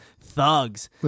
thugs